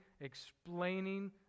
explaining